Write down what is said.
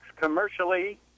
commercially